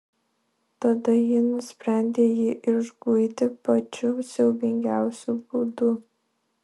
tada ji nusprendė jį išguiti pačiu siaubingiausiu būdu